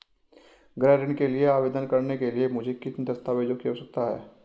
गृह ऋण के लिए आवेदन करने के लिए मुझे किन दस्तावेज़ों की आवश्यकता है?